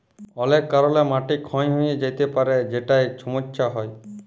অলেক কারলে মাটি ক্ষয় হঁয়ে য্যাতে পারে যেটায় ছমচ্ছা হ্যয়